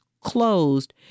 closed